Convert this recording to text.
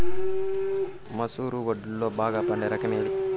మసూర వడ్లులో బాగా పండే రకం ఏది?